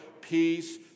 peace